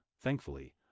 thankfully